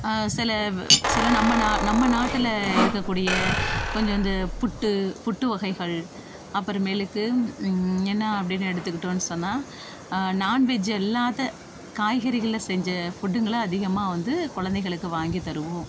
சில வ் சில நம்ம நா நம்ம நாட்டில் இருக்கறக்கூடிய கொஞ்சம் வந்து புட்டு புட்டு வகைகள் அப்புறமேலுக்கு என்ன அப்படின்னு எடுத்துக்கிட்டோன்னு சொன்னா நான்வெஜ்ஜு இல்லாத காய்கறிகளை செஞ்ச ஃபுட்டுங்களை அதிகமாக வந்து குழந்தைகளுக்கு வாங்கித்தருவோம்